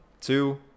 two